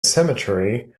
cemetery